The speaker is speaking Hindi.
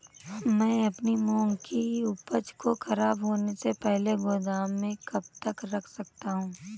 मैं अपनी मूंग की उपज को ख़राब होने से पहले गोदाम में कब तक रख सकता हूँ?